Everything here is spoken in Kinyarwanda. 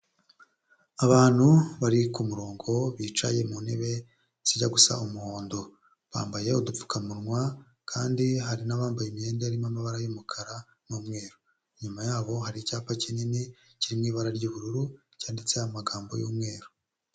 Abantu bari kumurongo bicaye mu ntebe zijya gusa umuhondo, bambaye udupfukamunwa kandi hari n'abambaye imyenda irimo amabara y'umukara n'umweru, inyuma yabo hari icyapa kinini kirimo ibara ry'ubururu cyanditseho amagambo y'umweru.